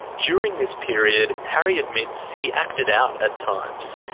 during this period, harry admits he acted out at times,